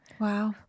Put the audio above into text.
Wow